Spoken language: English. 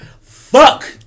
fuck